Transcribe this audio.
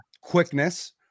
quickness